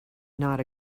not